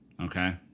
Okay